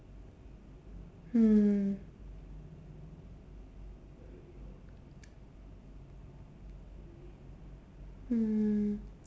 mm